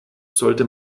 sollte